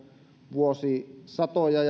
vuosisatoja